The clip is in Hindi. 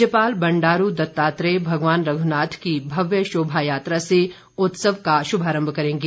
राज्यपाल बंडारू दत्तात्रेय भगवान रघुनाथ की भव्य शोभा यात्रा से उत्सव का शुभारंभ करेंगे